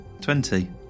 twenty